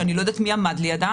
שאני לא יודעת מי עמד לידה,